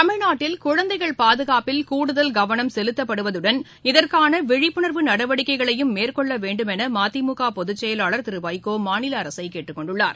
தமிழ்நாட்டில் குழந்தைகள் பாதுகாப்பில் கூடுதல் கவனம் செலுத்தப்படுவதுடன் இதற்கான விழிப்புணர்வு நடவடிக்கைகளையும் மேற்கொள்ள வேண்டும் என மதிமுக பொதுச்செயலாளர் திரு வைகோ மாநில அரசை கேட்டுக்கொண்டுள்ளார்